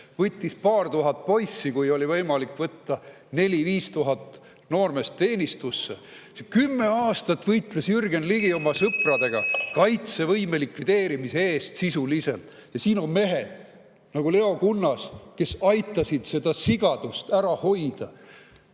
Võttis paartuhat poissi, kui oli võimalik võtta 4000–5000 noormeest teenistusse. Kümme aastat võitles Jürgen Ligi oma sõpradega (Juhataja helistab kella.) kaitsevõime likvideerimise eest sisuliselt. Ja siin on mehed, nagu Leo Kunnas, kes aitasid seda sigadust ära hoida.